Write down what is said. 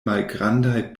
malgrandaj